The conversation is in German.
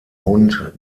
hund